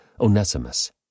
Onesimus